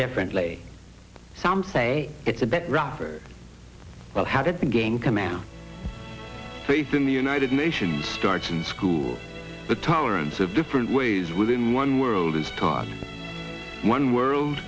differently some say it's a bit rougher well how did the game come out faith in the united nations starts in school the tolerance of different ways within one world is taught one world